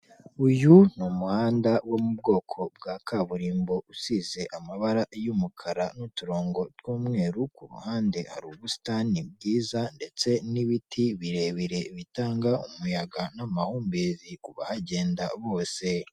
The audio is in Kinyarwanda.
Uyu ni umuhanda wo mu bwoko bwa kaburimbo usize amabara y'umukara n'uturongo tw'umweru, ku ruhande hari ubusitani bwiza ndetse n'ibiti birebire bitanga umuyaga n'amahumbezi kugenda bose.